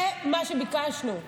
זה מה שביקשנו.